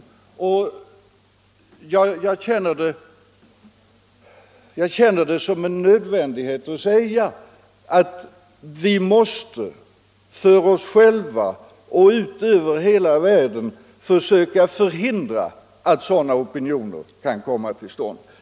Jag känner det nödvändigt att säga att vi måste för oss själva och över hela världen söka förhindra att sådana opinioner kan komma till stånd.